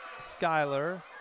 Skyler